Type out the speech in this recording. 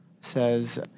says